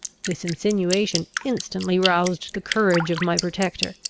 this insinuation instantly roused the courage of my protector,